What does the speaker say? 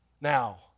Now